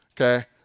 Okay